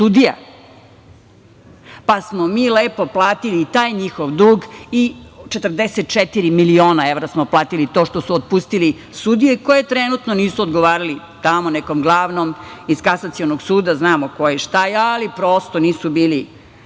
pa smo mi lepo platili i taj njihov dug i 44 miliona evra smo platili to što su otpustili sudije koje trenutno nisu odgovarali tamo nekom glavnom iz kasacionog suda, znamo ko je i šta je, ali prosto nisu bili